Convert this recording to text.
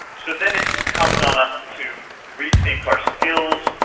so then it comes on us to rethink our skills,